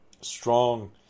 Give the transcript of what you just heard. strong